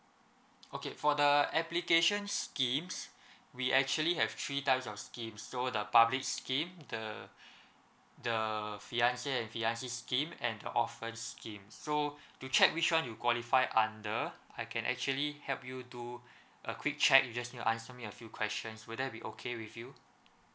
okay for the application schemes we actually have three types of schemes so the public scheme the the and V_I_P scheme and the orphan scheme so do check which one you qualify under I can actually help you do a quick check you just need to answer me a few questions will that be okay with you